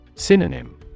Synonym